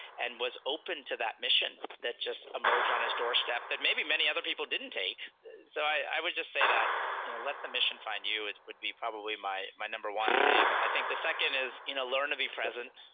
and was open to that mission. that just emerge on his doorstep that maybe many other people didn't take so i would just say that you know let the mission find you would would be probably my my number one thing. i think the second is learn to be present.